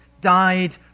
died